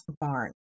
barn